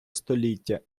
століття